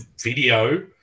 video